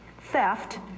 theft